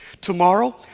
Tomorrow